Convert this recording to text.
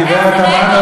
הגברת תמנו,